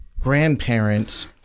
grandparents